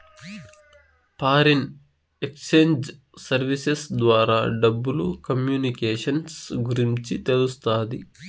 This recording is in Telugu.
ఫారిన్ ఎక్సేంజ్ సర్వీసెస్ ద్వారా డబ్బులు కమ్యూనికేషన్స్ గురించి తెలుస్తాది